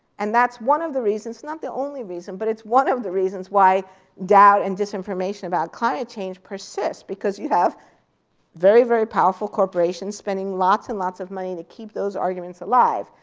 and that's one of the reasons not the only reason, but it's one of the reasons why doubt and disinformation about climate change persists. because you have very, very powerful corporations spending lots and lots of money to keep those arguments alive.